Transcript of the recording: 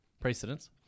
precedents